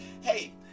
hey